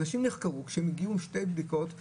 אנשים נחקרו כשהם הגיעו עם שתי בדיקות שליליות.